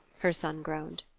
her son groaned.